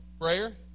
prayer